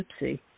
gypsy